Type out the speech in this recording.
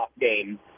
game